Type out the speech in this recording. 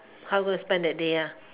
how do I spend that day ah